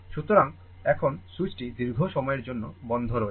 সুতরাং এখন সুইচটি দীর্ঘ সময়ের জন্য বন্ধ রয়েছে